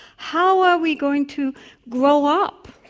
how are we going to grow up,